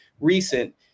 recent